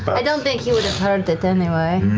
but i don't think he would have heard it anyway.